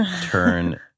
turn